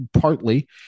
partly